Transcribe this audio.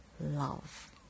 love